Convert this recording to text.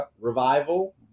Revival